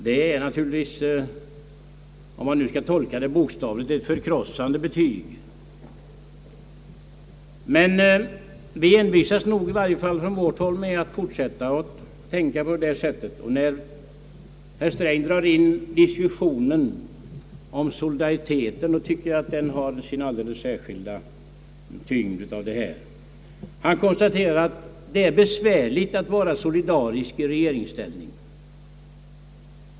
Detta är naturligtvis, om man nu skall tolka det bokstavligt, ett förkrossande betyg, men vi envisas nog i varje fall på vårt håll med att fortsätta att tänka på det sättet. Herr Sträng drar in solidariteten i diskussionen och konstaterar att det är besvärligt i regeringsställning att vara solidarisk.